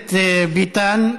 הכנסת ביטן.